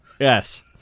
Yes